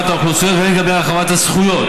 האוכלוסיות והן לגבי הרחבת הזכויות.